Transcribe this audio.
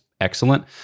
excellent